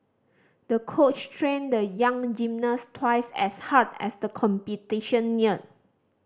the coach trained the young gymnast twice as hard as the competition neared